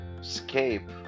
escape